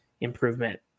improvement